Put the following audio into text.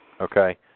Okay